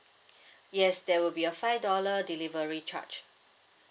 yes there will be a five dollar delivery charge